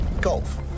golf